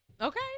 Okay